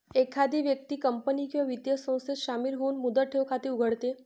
एखादी व्यक्ती कंपनी किंवा वित्तीय संस्थेत शामिल होऊन मुदत ठेव खाते उघडते